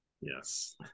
Yes